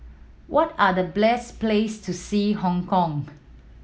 what are the bless place to see Hong Kong